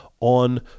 on